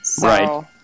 Right